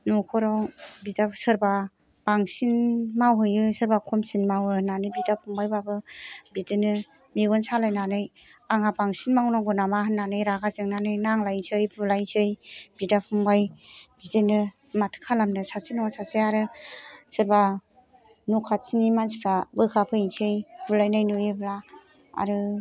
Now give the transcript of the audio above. न'खराव बिदा सोरबा बांसिन मावहैयो सोरबा खमसिन मावो होननानै बिदा फंबायबाबो बिदिनो मेगन सालायनानै आंहा बांसिन मावनांगौ नामा होननानै रागा जोंनानै नांलायसै बुलायसै बिदा फंबाय बिदिनो माथो खालामनो सासे नङा सासे आरो सोरबा न' खाथिनि मानसिफ्रा बोखाफैसै बुलायनाय नुयोब्ला आरो